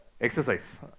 Exercise